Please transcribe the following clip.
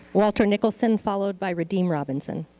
walter nicholson followed by radim robertson.